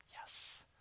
Yes